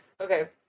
Okay